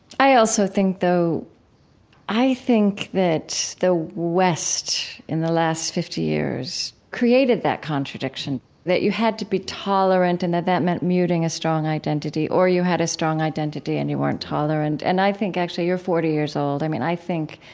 i also think though i think that the west in the last fifty years created that contradiction. that you had to be tolerant and that that mean muting a strong identity. or you had a strong identity and you weren't tolerant. and i think actually you are forty years old. i mean, i think,